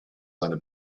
seine